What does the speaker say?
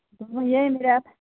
بہٕ ٲسٕس دپان ییٚمہِ ریٚتہٕ